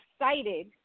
excited